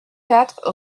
quatre